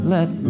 Let